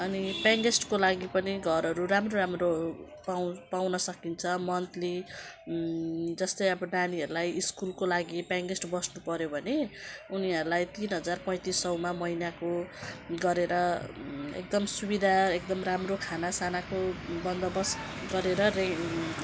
अनि पेयिङगेस्टको लागि पनि घरहरू राम्रो राम्रो पाउ पाउन सकिन्छ मन्थली जस्तै अब नानीहरूलाई स्कुलको लागि पेयिङ गेस्ट बस्नु पऱ्यो भने उनीहरूलाई तिन हजार पैँतिसयमा महिनाको गरेर एकदम सुविधा एकदम राम्रो खानासानाको बन्दोबस्त गरेर अरे